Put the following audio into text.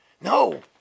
No